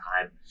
time